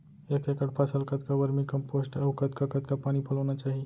एक एकड़ फसल कतका वर्मीकम्पोस्ट अऊ कतका कतका पानी पलोना चाही?